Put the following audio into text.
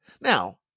Now